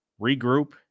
regroup